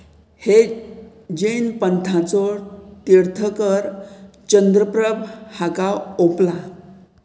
हे जैन पंथाचो तीर्थंकर चंद्रप्रभ हाका ओंपला